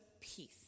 peace